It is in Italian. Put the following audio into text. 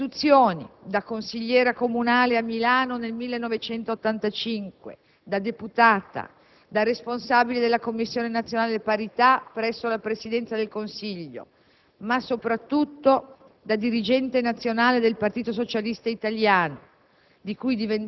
Nelle istituzioni è consigliere comunale a Milano nel 1985, deputata, responsabile della Commissione nazionale per la parità presso la Presidenza del Consiglio e, soprattutto, dirigente nazionale del Partito socialista italiano,